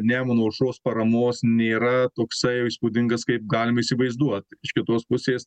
nemuno aušros paramos nėra toksai jau įspūdingas kaip galima įsivaizduot iš kitos pusės